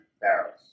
barrels